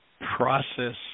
process